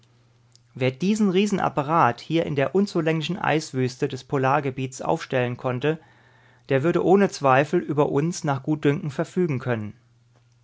wer diesen riesenapparat hier in der unzugänglichen eiswüste des polargebiets aufstellen konnte der würde ohne zweifel über uns nach gutdünken verfügen können